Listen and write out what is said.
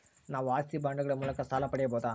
ನಾವು ಆಸ್ತಿ ಬಾಂಡುಗಳ ಮೂಲಕ ಸಾಲ ಪಡೆಯಬಹುದಾ?